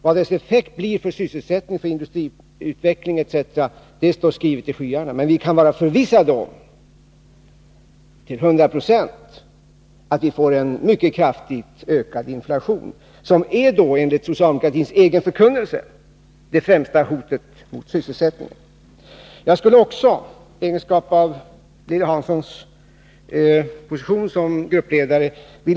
Vad effekten blir för sysselsättning, industriutveckling osv. står skrivet i stjärnorna. Men vi kan till hundra procent vara förvissade om att vi får en mycket kraftig ökning av inflationen, som enligt socialdemokratins egen förkunnelse är det främsta hotet mot sysselsättningen. Jag skulle också vilja ställa en fråga till Lilly Hansson i hennes egenskap av gruppledare.